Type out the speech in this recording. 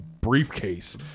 briefcase